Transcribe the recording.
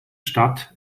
stadt